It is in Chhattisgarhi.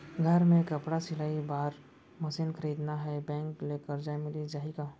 घर मे कपड़ा सिलाई बार मशीन खरीदना हे बैंक ले करजा मिलिस जाही का?